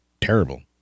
terrible